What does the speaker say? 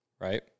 right